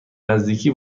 نزدیکی